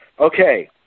Okay